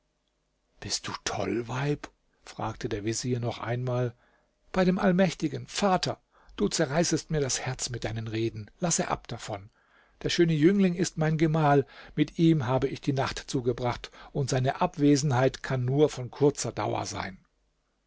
bist du toll weib fragte der vezier noch einmal bei dem allmächtigen vater du zerreißest mir das herz mit deinen reden lasse ab davon der schöne jüngling ist mein gemahl mit ihm habe ich die nacht zugebracht und seine abwesenheit kann nur von kurzer dauer sein